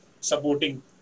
supporting